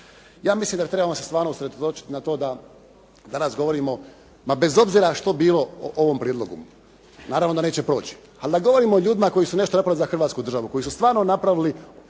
Ja mislim da trebamo se stvarno usredotočiti na to da danas govorimo, ma bez obzira što bilo ovom prijedlogu. Naravno da neće proći, ali da govorimo o ljudima koji su nešto napravili za Hrvatsku državu, koji su stvarno napravili